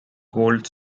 gold